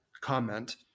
comment